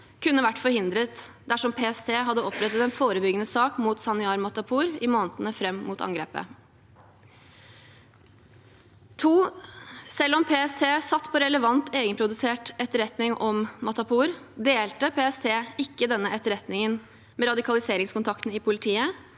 kunne vært forhindret dersom PST hadde opprettet en forebyggende sak mot Zaniar Matapour i månedene fram mot angrepet. 2. Selv om PST satt på relevant egenprodusert etterretning om Matapour, delte PST ikke denne etterretningen med radikaliseringskontaktene i politiet